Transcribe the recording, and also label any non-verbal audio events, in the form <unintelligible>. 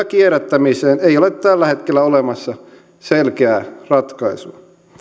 <unintelligible> kierrättämiseen ei ole tällä hetkellä olemassa selkeää ratkaisua